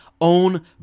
own